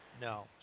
no